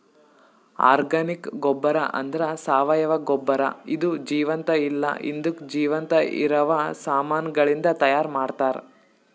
organic ಗೊಬ್ಬರ ಅಂದ್ರ ಸಾವಯವ ಗೊಬ್ಬರ ಇದು ಜೀವಂತ ಇಲ್ಲ ಹಿಂದುಕ್ ಜೀವಂತ ಇರವ ಸಾಮಾನಗಳಿಂದ್ ತೈಯಾರ್ ಮಾಡ್ತರ್